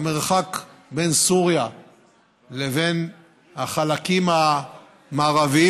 המרחק בין סוריה לבין החלקים המערביים